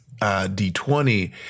D20